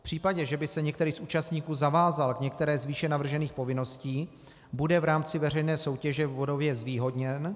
V případě, že by se některý z účastníků zavázal k některé z výše navržených povinností, bude v rámci veřejné soutěže bodově zvýhodněn.